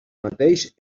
mateix